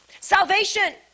salvation